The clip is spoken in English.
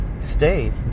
stay